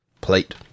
plate